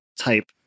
type